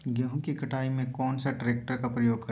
गेंहू की कटाई में कौन सा ट्रैक्टर का प्रयोग करें?